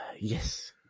Yes